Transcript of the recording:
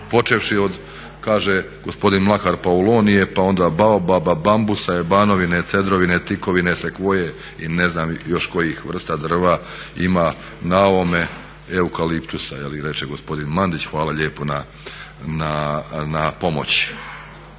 počevši od kaže gospodin Mlakar paulonije, pa onda baobaba, bambusa, ebanovine, cedrovine, tikovine, sekvoje i ne znam još kojih vrsta drva ima na ovome. Eukaliptusa, reče gospodin Mandić. Hvala lijepo na pomoći.